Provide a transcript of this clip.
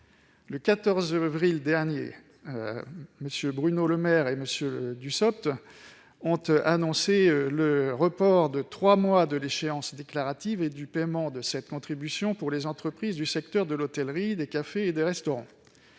Le 14 avril dernier, Bruno Le Maire et Olivier Dussopt ont annoncé le report de trois mois de l'échéance déclarative et du paiement de cette contribution pour les entreprises du secteur de l'hôtellerie, des cafés et des restaurants.